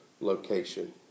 location